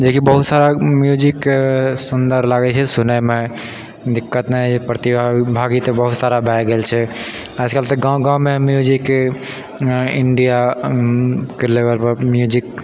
जेकि बहुत सारा म्यूजिक सुन्दर लागैत छै सुनयमे दिक्कत नहि होइत छै प्रतिभागी तऽ बहुत सारा भए गेल छै आजकल तऽ गाँव गाँवमे म्यूजिक इण्डियाके लेवलपर म्यूजिक